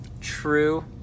true